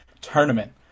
tournament